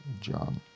John